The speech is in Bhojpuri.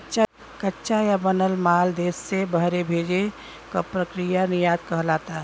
कच्चा या बनल माल देश से बहरे भेजे क प्रक्रिया निर्यात कहलाला